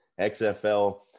XFL